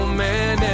man